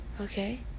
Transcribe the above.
okay